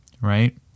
right